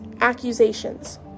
accusations